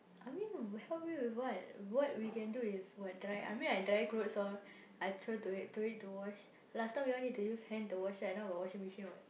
I mean help you with what what we can do is what dry I mean I dry clothes loh I throw to it throw it to wash last time you all need use hand to wash right now got washing machine [what]